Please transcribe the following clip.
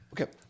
Okay